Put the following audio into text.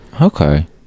Okay